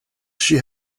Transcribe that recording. she